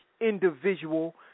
individual